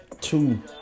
two